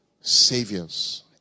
saviors